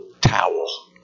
towel